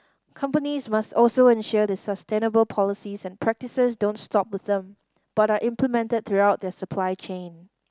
companies must also ensure the sustainable policies and practices don't stop with them but are implemented throughout their supply chain